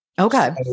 okay